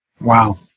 Wow